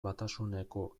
batasuneko